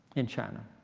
in china.